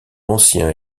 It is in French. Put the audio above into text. ancien